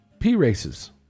P-races